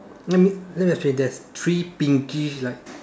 let me let me explain there's three pinkish like